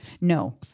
No